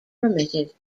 permitted